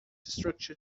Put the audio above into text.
structure